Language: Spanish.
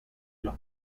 los